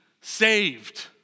saved